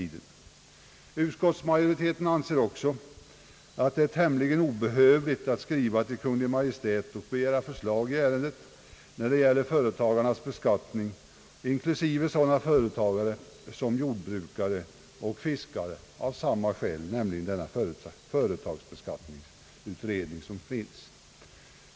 Utskottsmajoriteten anser också att det är tämligen obehövligt att skriva till Kungl. Maj:t och begära förslag i ärendet nu när det gäller företagarnas beskattning, inklusive sådana företagare som jordbrukare och fiskare. Vi hänvisar även där till företagsbeskattningsutredningen.